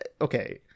okay